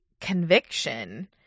conviction